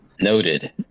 Noted